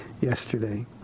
yesterday